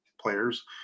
players